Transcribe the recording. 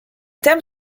thème